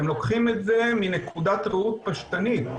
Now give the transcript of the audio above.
אתם לוקחים את זה מנקודת ראות פשטנית.